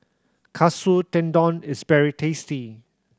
Katsu Tendon is very tasty